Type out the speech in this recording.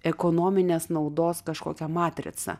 ekonominės naudos kažkokią matricą